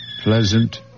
pleasant